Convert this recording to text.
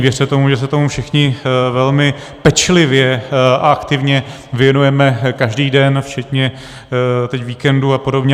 Věřte tomu, že se tomu všichni velmi pečlivě a aktivně věnujeme každý den včetně teď víkendu apod.